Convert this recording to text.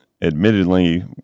admittedly